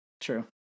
True